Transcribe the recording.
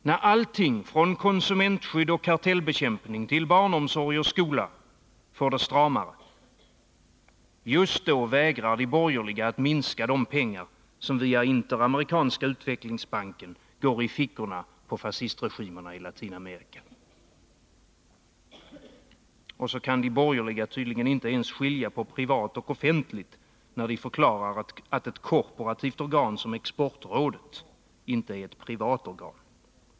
När allt från konsumentskydd och kartellbekämpning till barnomsorg och skola får det stramare — just då vägrar de borgerliga att minska de pengar som via Interamerikanska utvecklingsbanken går i fickorna på fascistregimerna i Latinamerika. Och så kan de borgerliga tydligen inte ens skilja på privat och offentligt, när de förklarar att ett korporativt organ som exportrådet inte är ett privat organ.